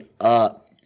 up